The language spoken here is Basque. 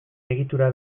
egitura